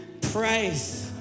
praise